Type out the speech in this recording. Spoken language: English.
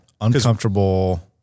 Uncomfortable